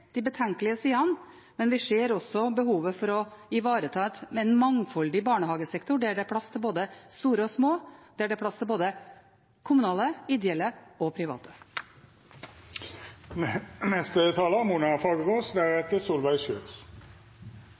de betenkelige sidene, men vi ser også behovet for å ivareta en mangfoldig barnehagesektor, der det er plass til både store og små, og der det er plass til både kommunale, ideelle og private.